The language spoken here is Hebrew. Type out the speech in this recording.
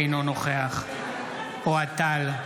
אינו נוכח אוהד טל,